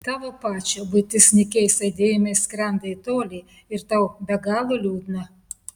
tavo pačio buitis nykiais aidėjimais skrenda į tolį ir tau be galo liūdna